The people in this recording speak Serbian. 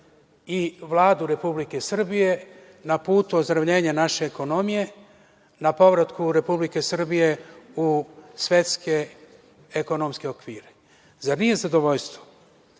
i Vladu Republike Srbije na putu ozdravljenja naše ekonomije, na povratku Republike Srbije u svetske ekonomske okvire. Zar nije zadovoljstvo